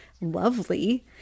lovely